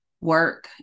work